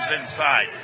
inside